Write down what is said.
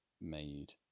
made